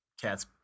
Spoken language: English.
cats